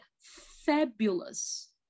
fabulous